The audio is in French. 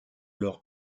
leur